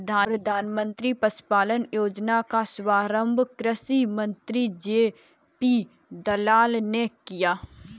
प्रधानमंत्री पशुपालन योजना का शुभारंभ कृषि मंत्री जे.पी दलाल ने किया